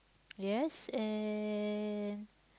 yes and